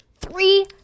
Three